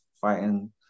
fighting